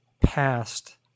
past